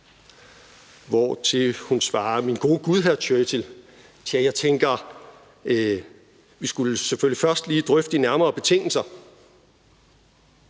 Dertil svarer hun: Min gode gud, hr. Churchill, jeg tænker, at vi selvfølgelig først lige skal drøfte de nærmere betingelser.